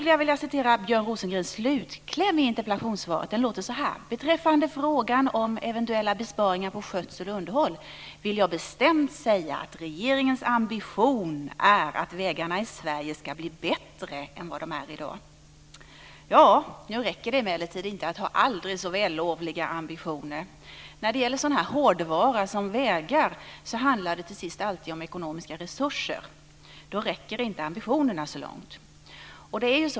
Jag vill citera Björn Rosengrens slutkläm i interpellationssvaret. Den låter så här: "Beträffande frågan om eventuella besparingar på skötsel och underhåll vill jag bestämt säga att regeringens ambition är att vägarna i Sverige ska bli bättre än vad de är i dag." Nu räcker det emellertid inte att ha aldrig så vällovliga ambitioner. När det gäller sådan hårdvara som vägar handlar det till sist alltid om ekonomiska resurser. Då räcker inte ambitionerna så långt.